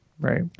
Right